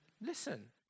listen